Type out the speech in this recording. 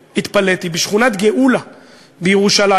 התפלאתי, בשכונת גאולה בירושלים.